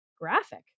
graphic